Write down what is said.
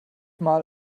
mal